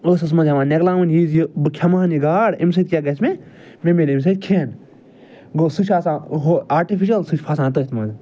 ٲسَس منٛز ہٮ۪وان نٮ۪گلاوُن یی زِ بہٕ کھٮ۪مہٕن یہِ گاڈ اَمہِ سۭتۍ کیٛاہ گَژھِ مےٚ مِلہِ اَمہِ سۭتۍ کھٮ۪ن گوٚو سُہ چھُ آسان ہُہ آٹِفِشل سُہ چھُ پھسان تٔتھۍ منٛز